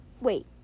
Wait